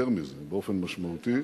יותר מזה באופן משמעותי,